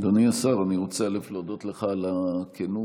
אדוני השר, אני רוצה להודות לך על הכנות.